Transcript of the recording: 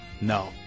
No